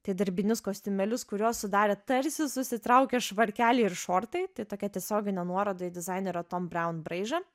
tai darbinius kostiumėlius kuriuos sudarė tarsi susitraukę švarkelį ir šortai tai tokia tiesioginė nuoroda į dizainerio tom braun braižą